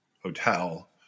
Hotel